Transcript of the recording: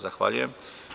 Zahvaljujem.